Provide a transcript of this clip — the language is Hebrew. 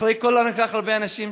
אחרי כל כך הרבה אנשים,